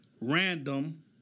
random